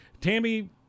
Tammy